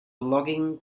logging